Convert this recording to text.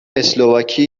اسلواکی